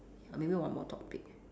uh maybe one more topic